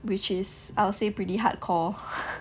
which is I would say pretty hardcore